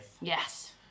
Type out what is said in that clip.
Yes